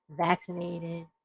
vaccinated